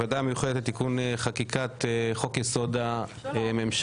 בוודאי המיוחדת לתיקון חקיקת חוק יסוד הממשלה.